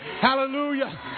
Hallelujah